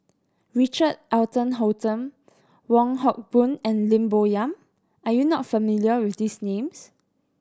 Richard Eric Holttum Wong Hock Boon and Lim Bo Yam are you not familiar with these names